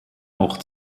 auch